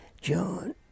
John